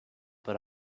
but